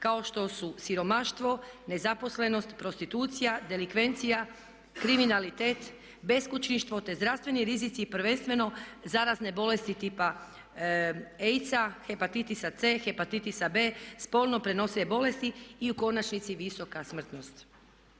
kao što su siromaštvo, nezaposlenost, prostitucija, delikvencija, kriminalitet, beskućništvo te zdravstveni rizici prvenstveno zarazne bolesti tipa AIDS-a, hepatitisa C, hepatitisa B, spolno prenosive bolesti i u konačnici visoka smrtnost.